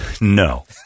No